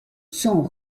sont